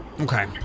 Okay